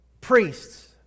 priests